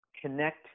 connect